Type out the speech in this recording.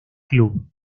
club